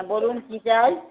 বলুন কী চাই